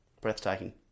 breathtaking